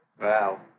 wow